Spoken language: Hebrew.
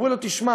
אומרים לו: תשמע,